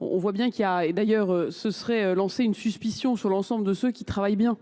On voit bien qu'il y a, et d'ailleurs ce serait lancer une suspicion sur l'ensemble de ceux qui travaillent bien.